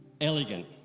elegant